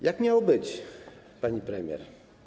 Jak miało być, pani premier?